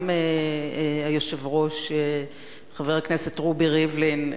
גם היושב-ראש חבר הכנסת רובי ריבלין,